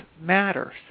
matters